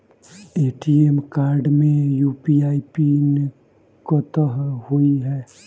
ATM card मे UPI PIN कतह होइ है?